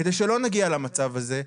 כדי שלא נגיע למצב הזה.